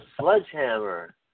sledgehammer